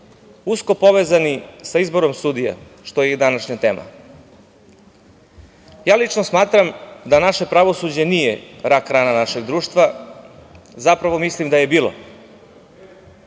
usko povezani sa izborom sudija, što je i današnja tema. Lično smatram da naše pravosuđe nije rak rana našeg društva. Zapravo, mislim da je bilo.